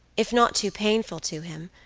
if not too painful to him,